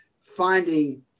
finding